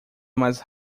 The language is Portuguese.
mais